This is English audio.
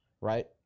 Right